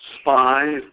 spy